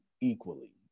equally